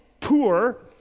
poor